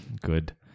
Good